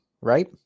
right